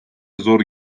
zor